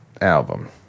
album